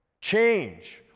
change